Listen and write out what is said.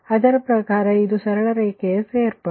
ಆದ್ದರಿಂದ ಅದರ ಪ್ರಕಾರ ಇದು ಸರಳ ರೇಖೆಯ ಸೇರ್ಪಡೆ